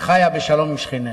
שחיה בשלום עם שכניה.